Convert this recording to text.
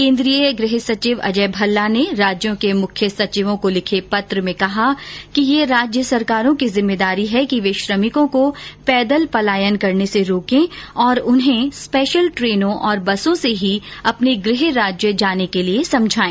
केन्द्रीय गृह सचिव अजय भल्ला ने राज्यों के मुख्य सचिवों को लिखे पत्र में कहा कि यह राज्य सरकारों की जिम्मेदारी है कि वे श्रमिकों को पैदल पलायन करने से रोके और उन्हें स्पेशल ट्रेनों और बसों से ही अपने गृह राज्य जाने के लिए समझाये